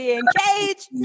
engaged